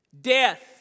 death